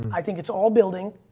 i think it's all building.